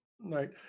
Right